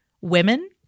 women